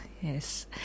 yes